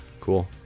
Cool